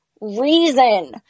Reason